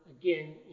Again